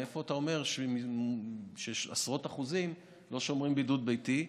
מאיפה אתה אומר שעשרות אחוזים לא שומרים בידוד ביתי?